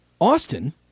Austin